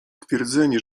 twierdzenie